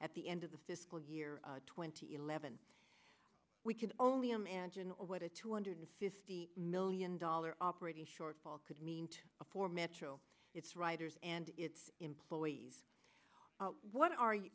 at the end of the fiscal year twenty eleven we can only imagine what a two hundred fifty million dollars operating shortfall could mean for metro its riders and its employees what are